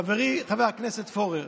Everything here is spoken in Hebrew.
חברי חבר הכנסת פורר.